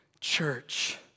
church